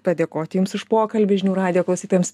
padėkoti jums už pokalbį žinių radijo klausytojams